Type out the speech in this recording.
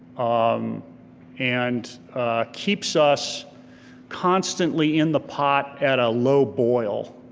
um and keeps us constantly in the pot at a low boil,